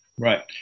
Right